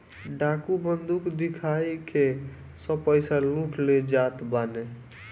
डाकू बंदूक दिखाई के सब पईसा लूट ले जात बाने